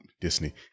Disney